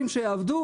רגולטורים שיעבדו?